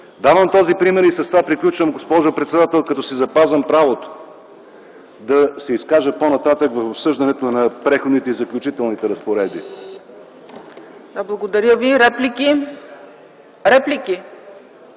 Давам този пример и с това приключвам, госпожо председател, като си запазвам правото да се изкажа по-нататък в обсъждането на Преходните и заключителните разпоредби. ПРЕДСЕДАТЕЛ